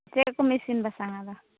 ᱪᱮᱫᱠᱚᱢ ᱤᱥᱤᱱ ᱵᱟᱥᱟᱝ ᱮᱫᱟ